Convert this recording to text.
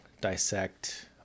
dissect